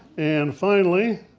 and finally,